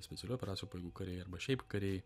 specialiųjų operacijų pajėgų kariai arba šiaip kariai